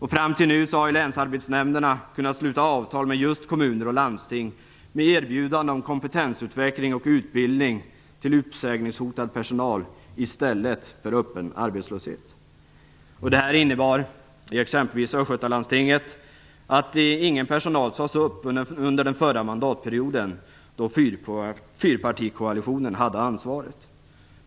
Hittils har länsarbetsnämnderna kunnat sluta avtal med just kommuner och landsting om att erbjuda kompetensutveckling och utbildning till uppsägningshotad personal i stället för öppen arbetslöshet. Detta har för exempelvis Östgötalandstinget inneburit att ingen personal behövde sägas upp under den förra mandatperioden, då fyrpartikoalitionen hade ansvaret.